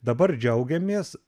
dabar džiaugiamės